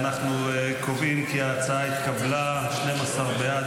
אנחנו קובעים כי ההצעה התקבלה: 12 בעד,